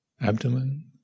abdomen